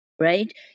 right